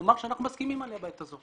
לומר שאנחנו מסכימים עליה בעת הזו